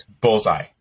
Bullseye